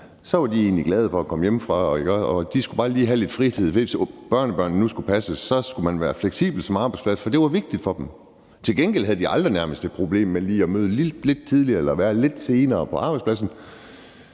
år, var de egentlig glade for at komme hjemmefra og skulle bare lige skal have lidt fritid, hvis børnebørnene nu skulle passes. Så skulle man være fleksibel som arbejdsplads, for det var vigtigt for dem. Til gengæld havde de nærmest aldrig et problem med at møde lidt tidligere eller være lidt senere på arbejdspladsen.